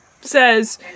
says